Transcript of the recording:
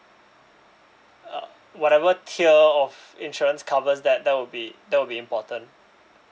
uh whatever tier of insurance covers that that will be that will be important